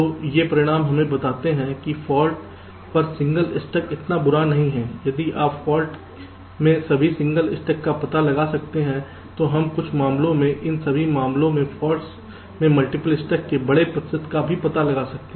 तो ये परिणाम हमें बताते हैं कि फाल्ट पर सिंगल स्टक इतना बुरा नहीं है यदि आप फॉल्ट्स में सभी सिंगल स्टक का पता लगा सकते हैं तो हम कुछ मामलों में उन सभी मामलों में फॉल्ट्स में मल्टीपल स्टक के बड़े प्रतिशत का भी पता लगा सकते हैं